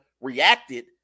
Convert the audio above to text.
reacted